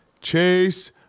Chase